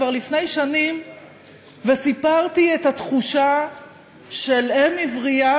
כבר לפני שנים וסיפרתי את התחושה של אם עברייה,